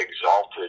exalted